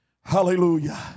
Hallelujah